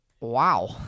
Wow